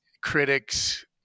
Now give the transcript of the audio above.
critics